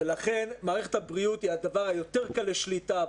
ולכן מערכת החינוך היא הדבר היותר קל לשליטה,